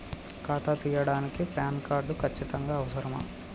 ఖాతా తీయడానికి PAN card ఖచ్చితంగా అవసరమా?